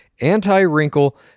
anti-wrinkle